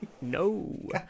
No